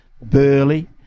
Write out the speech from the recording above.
Burley